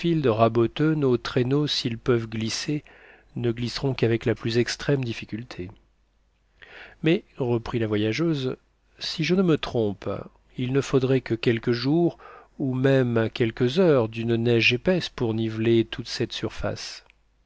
raboteux nos traîneaux s'ils peuvent glisser ne glisseront qu'avec la plus extrême difficulté mais reprit la voyageuse si je ne me trompe il ne faudrait que quelques jours ou même quelques heures d'une neige épaisse pour niveler toute cette surface